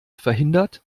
verhindert